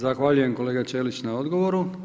Zahvaljujem, kolega Ćelić na odgovoru.